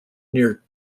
near